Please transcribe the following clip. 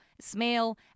smell